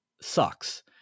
sucks